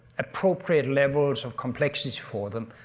appropriate levels of complexity for them?